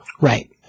Right